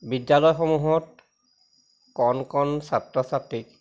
বিদ্যালয়সমূহত কণ কণ ছাত্ৰ ছাত্ৰীক